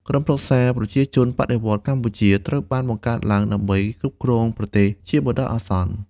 ក្រុមប្រឹក្សាប្រជាជនបដិវត្តន៍កម្ពុជា ត្រូវបានបង្កើតឡើងដើម្បីគ្រប់គ្រងប្រទេសជាបណ្ដោះអាសន្ន។